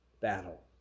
battle